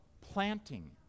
planting